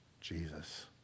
Jesus